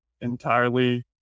entirely